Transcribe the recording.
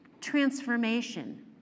transformation